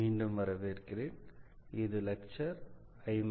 மீண்டும் வரவேற்கிறேன் இது லெக்சர் 56